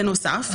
בנוסף,